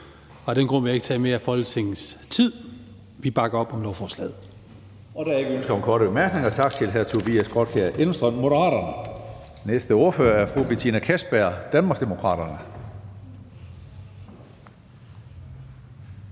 af den grund vil jeg ikke tage mere af Folketingets tid. Vi bakker op om lovforslaget.